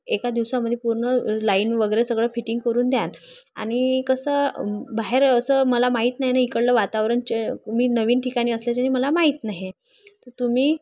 एका दिवसामध्ये पूर्ण लाईन वगैरे सगळं फिटिंग करून द्यान आणि कसं बाहेर असं मला माहीत नाही ना इकडलं वातावरण चे मी नवीन ठिकाणी असल्याच्याने मला माहीत नाही तर तुम्ही